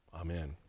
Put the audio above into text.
Amen